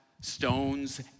stones